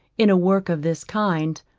in a work of this kind,